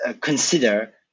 consider